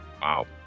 wow